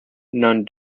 none